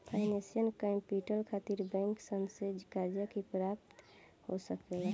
financial capital खातिर bank सन से कर्जा भी प्राप्त हो सकेला